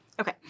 Okay